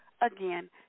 again